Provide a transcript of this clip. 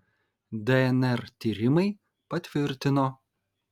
dnr tyrimai patvirtino